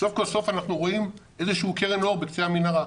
סוף כל סוף אנחנו רואים איזה שהיא קרן אור בקצה המנהרה.